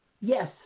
yes